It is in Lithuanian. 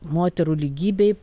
moterų lygybei